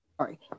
sorry